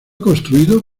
construido